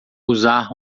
usar